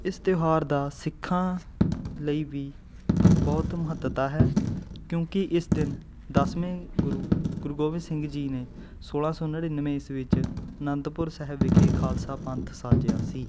ਇਸ ਤਿਉਹਾਰ ਦਾ ਸਿੱਖਾਂ ਲਈ ਵੀ ਬਹੁਤ ਮਹੱਤਤਾ ਹੈ ਕਿਉਂਕਿ ਇਸ ਦਿਨ ਦਸਵੇਂ ਗੁਰੂ ਗੁਰੂ ਗੋਬਿੰਦ ਸਿੰਘ ਜੀ ਨੇ ਸੌਲ੍ਹਾਂ ਸੌ ਨੜਿਨਵੇਂ ਈਸਵੀ ਵਿੱਚ ਅਨੰਦਪੁਰ ਸਾਹਿਬ ਵਿਖੇ ਖਾਲਸਾ ਪੰਥ ਸਾਜਿਆ ਸੀ